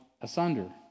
asunder